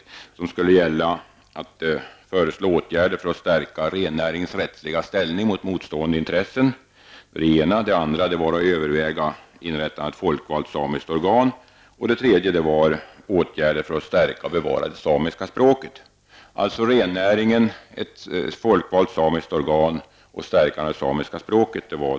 Utredningen skulle ge förslag till åtgärder för att stärka rennäringens rättsliga ställning gentemot motstående intressen, överväga inrättandet av ett folkvalt samiskt organ samt föreslå åtgärder i syfte att stärka och bevara det samiska språket.